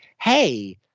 hey